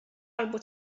albo